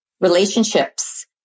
relationships